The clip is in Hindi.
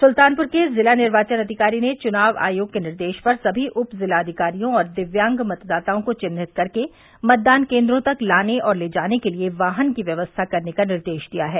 सुल्तानपुर के ज़िला निर्वाचन अधिकारी ने चुनाव आयोग के निर्देश पर सभी उपज़िलाधिकारियों और दिव्यांग मतदाताओं को चिन्हित कर मतदान केन्द्रों तक लाने और ले जाने के लिए वाहन की व्यवस्था करने का निर्देश दिया है